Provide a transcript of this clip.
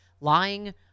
Lying